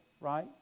right